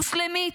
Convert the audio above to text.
מוסלמית,